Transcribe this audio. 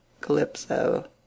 Calypso